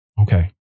Okay